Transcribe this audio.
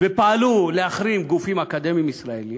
ופעלו להחרמת גופים אקדמיים ישראליים,